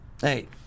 Hey